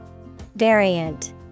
Variant